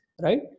right